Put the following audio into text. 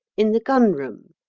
in the gun-room.